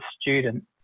student